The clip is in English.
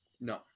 No